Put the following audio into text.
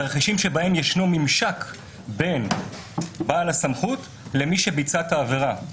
תרחישים שבהם ישנו ממשק בין בעל הסמכות למי שביצע את העבירה,